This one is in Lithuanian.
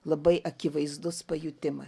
labai akivaizdus pajutimas